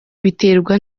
biterwa